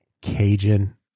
Cajun